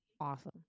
awesome